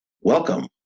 Welcome